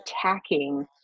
attacking